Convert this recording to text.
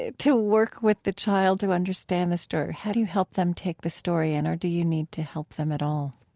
work with the child to understand the story? how do you help them take the story in? or do you need to help them at all?